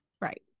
Right